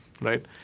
right